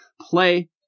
play